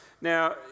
Now